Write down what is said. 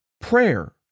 prayer